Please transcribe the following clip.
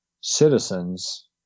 citizens